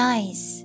Nice